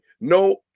no